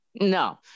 no